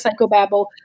psychobabble